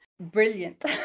Brilliant